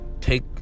take